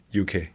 UK